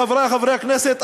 חברי חברי הכנסת,